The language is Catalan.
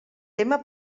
tema